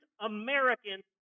American